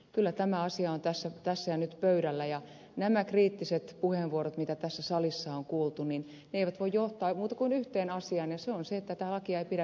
kyllä tämä asia on tässä ja nyt pöydällä ja nämä kriittiset puheenvuorot joita tässä salissa on kuultu eivät voi johtaa muuta kuin yhteen asiaan ja se on se että tätä lakia ei pidä viedä läpi